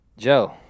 Joe